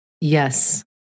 Yes